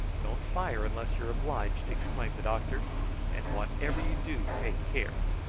don't fire unless you are obliged, exclaimed the doctor and whatever you do, take care.